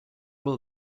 will